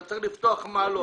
אתה צריך לפתוח מעלון.